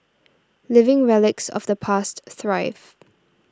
living relics of the past thrive